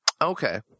Okay